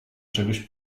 czegoś